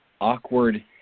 Awkward